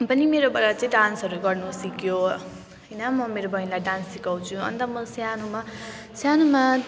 पनि मेरोबाट चाहिँ डान्सहरू गर्न सिक्यो होइन म मेरो बहिनीलाई डान्स सिकाउँछु अन्त म सानोमा सानोमा